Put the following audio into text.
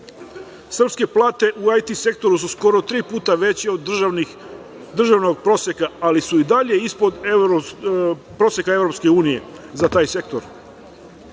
itd. Srpske plate u IT sektoru su skoro tri puta veće od državnog proseka, ali su i dalje ispod proseka EU za taj sektor.